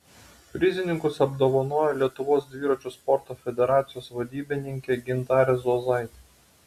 prizininkus apdovanojo lietuvos dviračių sporto federacijos vadybininkė gintarė zuozaitė